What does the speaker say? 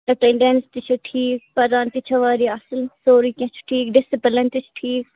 attendance تہ چھِ ٹھیٖک پَران تہِ چھِ واریاہ اصل سورُے کینٛہہ چھُ ٹھیٖک ڈِسِپلن تہِ چھُ ٹھیٖک